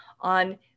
on